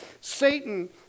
Satan